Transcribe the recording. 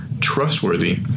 trustworthy